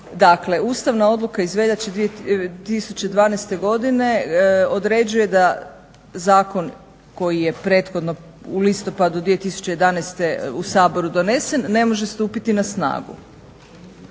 ustavna odluka iz veljače 2012. godine određuje da zakon koji je prethodno u listopadu 2011. u Saboru donesen, ne može stupiti na snagu.